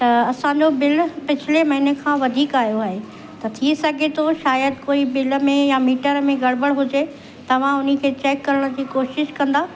त असांजो बिल पिछले महीने खां वधीक आयो आहे त थी सघे थो शायदि कोई बिल में या मीटर में गड़बड़ हुजे तव्हां हुन खे चेक करण जी कोशिश कंदा